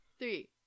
three